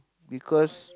because